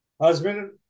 husband